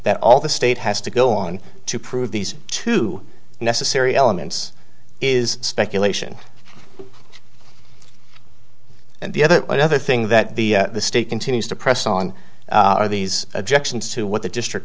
that all the state has to go on to prove these two necessary elements is speculation and the other one other thing that the state continues to press on are these objections to what the district